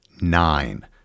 nine